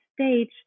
stage